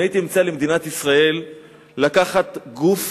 הייתי מציע למדינת ישראל לקחת גוף